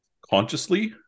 consciously